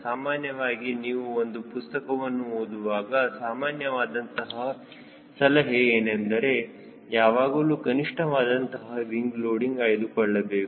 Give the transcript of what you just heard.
ಸಾಮಾನ್ಯವಾಗಿ ನೀವು ಒಂದು ಪುಸ್ತಕವನ್ನು ಓದುವಾಗ ಸಾಮಾನ್ಯವಾದಂತಹ ಸಲಹೆ ಏನೆಂದರೆ ಯಾವಾಗಲೂ ಕನಿಷ್ಠ ವಾದಂತಹ ವಿಂಗ್ ಲೋಡಿಂಗ್ ಆಯ್ದುಕೊಳ್ಳಬೇಕು